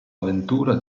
avventura